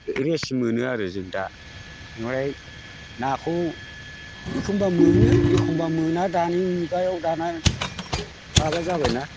rest मोनो आरो जों दा ओमफ्राय नाखौ एखमब्ला मोनो एखमब्ला मोना दानि मुगायाव दाना माबा जाबाय ना